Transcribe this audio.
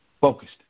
focused